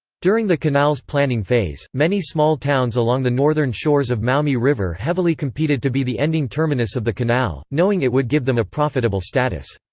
during the canal's planning phase, many small towns along the northern shores of maumee river heavily competed to be the ending terminus of the canal, knowing it would give them a profitable status.